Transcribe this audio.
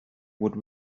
would